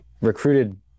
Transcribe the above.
recruited